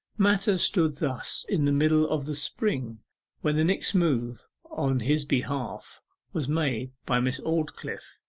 matters stood thus in the middle of the spring when the next move on his behalf was made by miss aldclyffe.